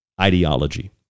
ideology